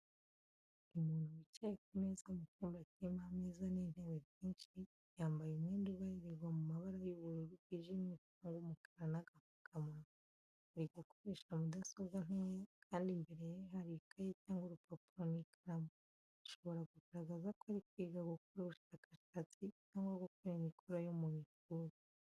Umuntu wicaye ku meza mu cyumba kirimo ameza n'intebe byinshi, yambaye umwenda ubarirwa mu mabara y'ubururu bwijimye cyangwa umukara n'agapfukamunwa. Ari gukoresha mudasobwa ntoya, kandi imbere ye hari ikaye cyangwa urupapuro n’ikaramu, bishobora kugaragaza ko ari kwiga gukora ubushakashatsi cyangwa gukora imikoro yo mu ishuri.